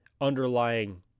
underlying